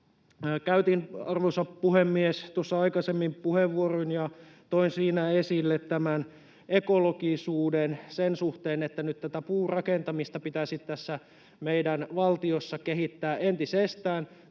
Käytin, arvoisa puhemies, tuossa aikaisemmin puheenvuoron ja toin siinä esille ekologisuuden sen suhteen, että nyt puurakentamista pitäisi tässä meidän valtiossa kehittää entisestään.